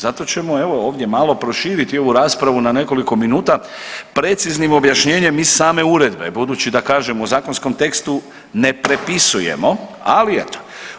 Zato ćemo evo ovdje malo proširiti ovu raspravu na nekoliko minuta preciznim objašnjenjem i same Uredbe, budući da kažemo u zakonskom tekstu ne prepisujemo, ali eto.